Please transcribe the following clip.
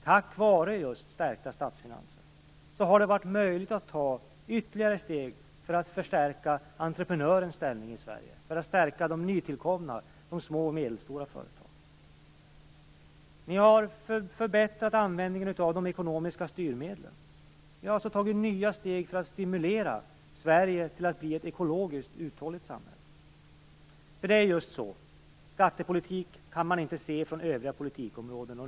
Tack vare just stärkta statsfinanser har det varit möjligt för oss att ta ytterligare steg för att förstärka entreprenörens ställning i Sverige, för att stärka de nytillkomna, de små och medelstora företagen. Ni har förbättrat användningen av de ekonomiska styrmedlen. Ni har alltså tagit nya steg för att stimulera Sverige till att bli ett ekologiskt uthålligt samhälle. För det är just så: Skattepolitik kan man inte se skild från övriga politikområden.